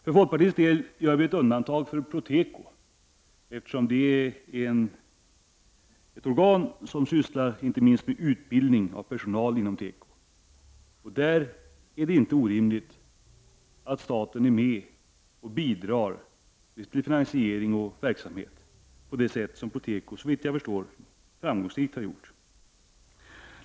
För folkparties del gör vi ett undantag för Proteko, eftersom det är ett organ som sysslar inte minst med utbildning av personal inom teko. Där är det inte orimligt att staten är med och bidrar till finansiering och verksamhet, då Proteko, såvitt jag förstår, har varit framgångsrikt.